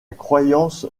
croyance